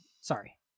Sorry